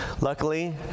Luckily